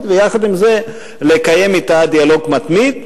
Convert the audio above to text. ויחד עם זה לקיים אתה דיאלוג מתמיד,